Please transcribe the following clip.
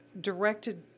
directed